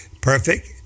perfect